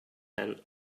tent